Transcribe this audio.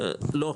לא.